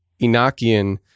Enochian